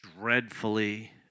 dreadfully